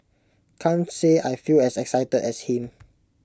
can't say I feel as excited as him